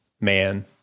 man